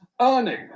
Earning